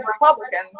Republicans